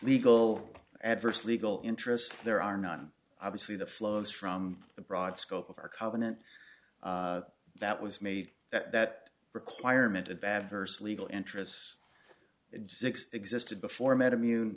legal adverse legal interest there are none obviously the flows from the broad scope of our covenant that was made that requirement of adverse legal interest existed before med immune